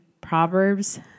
Proverbs